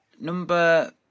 number